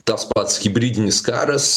tas pats hibridinis karas